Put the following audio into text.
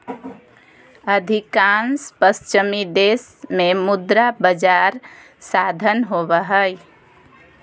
अधिकांश पश्चिमी देश में मुद्रा बजार साधन होबा हइ